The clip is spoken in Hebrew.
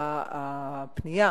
הפנייה